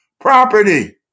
property